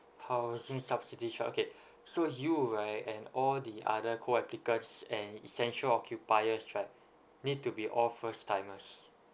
housing subsidies right okay so you right and all the other co applicants and essential occupiers right need to be all first timers